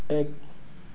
এক